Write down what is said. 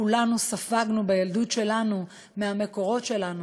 כולנו ספגנו בילדות שלנו מהמקורות שלנו: